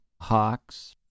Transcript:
hawks